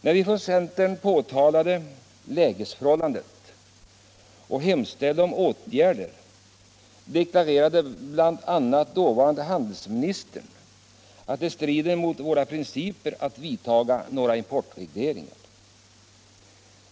När vi från centern påtalade lägesförhållandet och hemställde om åtgärder deklarerade bl.a. dåvarande handelsministern, att det strider mot våra principer att vidtaga importregleringar.